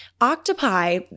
Octopi